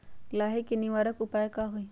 लाही के निवारक उपाय का होई?